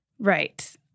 Right